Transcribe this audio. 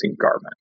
garment